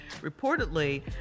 Reportedly